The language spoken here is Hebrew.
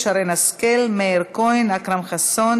אינו נוכח,